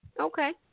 Okay